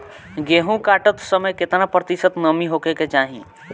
गेहूँ काटत समय केतना प्रतिशत नमी होखे के चाहीं?